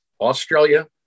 Australia